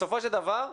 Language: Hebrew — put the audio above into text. בסופו של דבר,